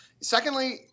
Secondly